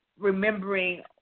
remembering